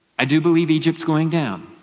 i do believe egypt's going down.